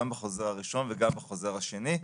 גם בחוזר הראשון וגם בחוזר השני.